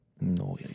No